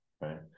right